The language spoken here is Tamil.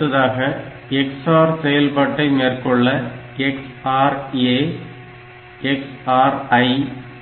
அடுத்ததாக XOR செயல்பாடை மேற்கொள்ள XRA XRI